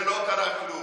ולא קרה כלום.